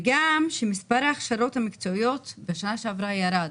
וגם שמספר ההכשרות המקצועיות בשנה שעברה ירד,